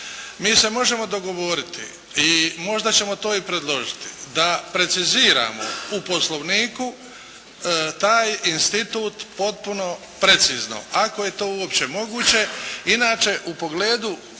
Mi se možemo dogovoriti i možda ćemo to i predložiti da preciziramo u poslovniku taj institut potpuno precizno ako je to uopće moguće.